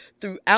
throughout